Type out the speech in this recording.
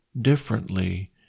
differently